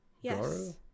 Yes